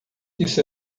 isso